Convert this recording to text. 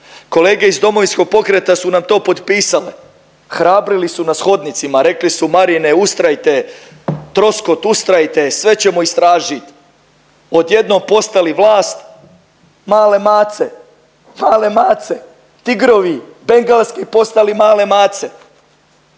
Kolege iz Domovinskog pokreta su nam to potpisale, hrabrili su nas hodnicima, rekli su Marine ustrajte, Troskot ustrajte, sve ćemo istražiti. Odjednom postali vlast male mace, male mace, tigrovi, bengalski postali male mace.